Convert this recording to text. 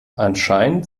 anscheinend